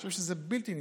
אני חושב שזה בלתי נתפס,